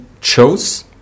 chose